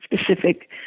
specific